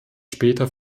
später